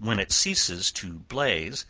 when it ceases to blaze,